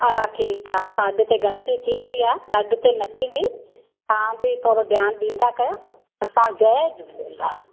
हा ठीकु आहे असां अॻिते ग़लती थी वई आहे त अॻिते न थींदी तव्हां बि थोरो ध्यानु ॾींदा करियो असां जय झूलेलाल